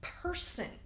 Person